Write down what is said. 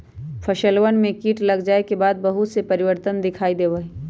फसलवन में कीट लग जाये के बाद बहुत से परिवर्तन दिखाई देवा हई